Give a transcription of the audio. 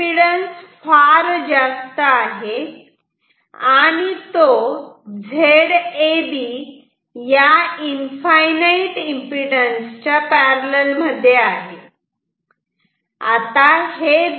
हा फार जास्त आहे आणि तो Zab या इनफाईनाईट एमपीडन्स च्या पॅरलल मध्ये आहे